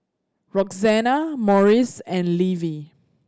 Roxana Morris and Levie